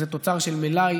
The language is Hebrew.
וזה תוצר של מלאי,